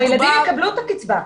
הילדים יקבלו את הקיצבה.